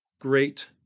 great